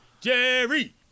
Jerry